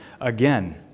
again